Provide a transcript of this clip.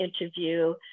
interview